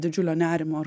didžiulio nerimo ar